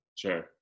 Sure